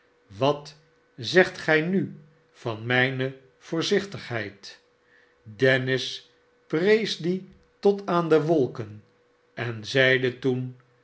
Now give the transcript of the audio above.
wat zegt gij nu van mijne voorzichtigheid f dennis prees die tot aan de wolken en zeide toen